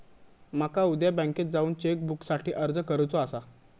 माका उद्या बँकेत जाऊन चेक बुकसाठी अर्ज करुचो आसा